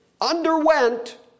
underwent